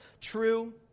true